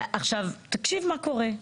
עכשיו תקשיב מה קורה,